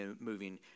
moving